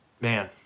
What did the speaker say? man